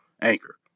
Anchor